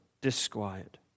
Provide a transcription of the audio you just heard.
disquiet